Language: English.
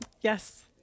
Yes